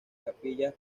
capillas